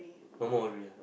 no more already ah